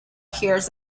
hears